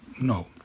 No